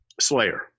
Slayer